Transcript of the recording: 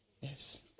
Yes